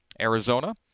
Arizona